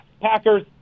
Packers